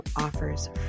offers